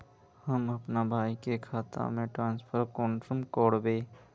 हम अपना भाई के खाता में ट्रांसफर कुंसम कारबे?